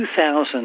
2000